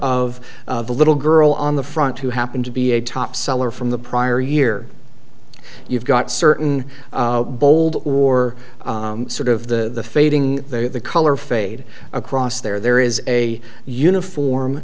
of the little girl on the front who happened to be a top seller from the prior year you've got certain bold or sort of the fading there the color fade across there there is a uniform